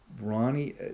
Ronnie